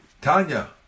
Tanya